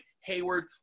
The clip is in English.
Hayward